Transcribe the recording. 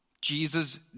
Jesus